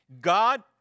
God